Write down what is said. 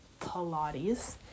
pilates